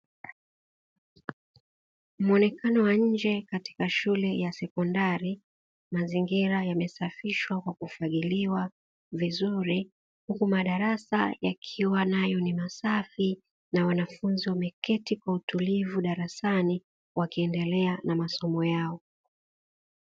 Mwonekano wa nje katika shule ya sekondari; mazingira yamesafishwa kwa kufagiliwa vizuri, huku madarasa yakiwa nayo ni masafi, na wanafunzi wameketi kwa utulivu darasani, wakiendelea na masomo yao.